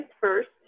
first